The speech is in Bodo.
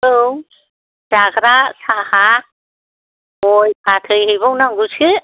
औ जाग्रा साहा गय फाथै हैबावनांगौसो